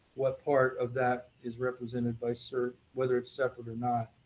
what part of that is represented by cert, whether it's separate or not.